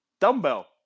dumbbell